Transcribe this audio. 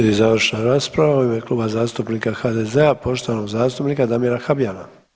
Slijedi završna rasprava u ime Kluba zastupnika HDZ-a, poštovano zastupnika Damira Habijana.